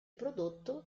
prodotto